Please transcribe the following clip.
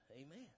amen